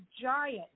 giant